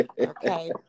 okay